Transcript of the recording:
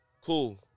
Cool